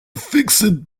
fixed